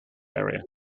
area